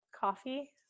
Coffee